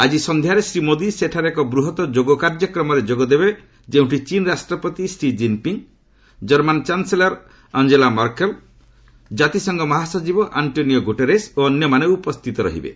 ଆଜି ସନ୍ଧ୍ୟାରେ ଶ୍ରୀ ମୋଦି ସେଠାରେ ଏକ ବୃହତ ଯୋଗ କାର୍ଯ୍ୟକ୍ରମରେ ଯୋଗ ଦେବେ ଯେଉଁଠି ଚୀନ୍ ରାଷ୍ଟ୍ରପତି Xi Jinping German chancellor Angela Merkel ଜାତିସଂଘ ମହାସଚିବ ଆଙ୍କୋନିଓ ଗୁଟରେସ୍ ଓ ଅନ୍ୟାମାନେ ମଧ୍ୟ ଉପସ୍ଥିତ ରହିବେ